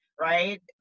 right